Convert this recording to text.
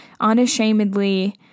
unashamedly